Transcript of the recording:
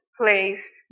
place